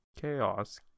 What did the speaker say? Chaos